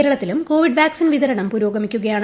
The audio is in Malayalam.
കേരളത്തിലും കോവിഡ് വാക്സിൻ വിതരണം പുരോഗമിക്കുകയാണ്